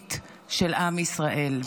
הרוחנית של עם ישראל.